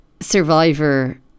survivor